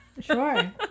sure